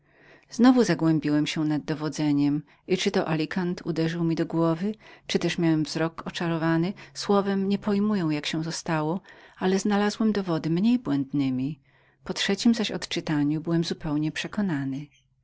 moich kolanach wtedy odczytałem dowodzenie i czy to wino alikantu uderzyło mi do głowy czyli też miałem wzrok oczarowany słowem nie pojmuję jak się to stało ale znalazłem dowody mniej błędnemi po trzeciem zaś odczytaniu byłem zupełnie przekonany